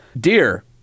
dear